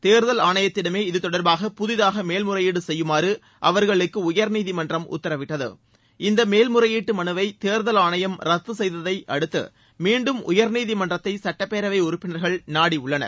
தேர்தல் ஆணையத்திடமே இது தொடர்பாக புதிதாக மேல்முறையீடு செய்யுமாறு அவர்களுக்கு உயர்நீதிமன்றம் உத்தரவிட்டது இந்த மேல்முறையீட்டு மனுவை தேர்தல் ஆணையம் ரத்து செய்ததை அடுத்து மீண்டும் உயர்நீதிமன்றத்தை சட்டப்பேரவை உறுப்பினர்கள் நாடியுள்ளனர்